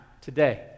today